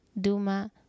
Duma